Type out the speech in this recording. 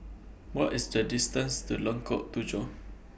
What IS The distance to Lengkok Tujoh